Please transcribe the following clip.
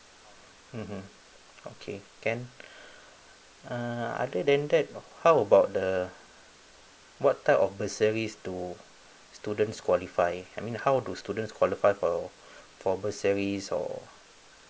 mmhmm okay can uh other than that how about the what type of bursaries to students qualify I mean how to students qualify for for bursaries or